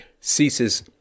ceases